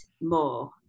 more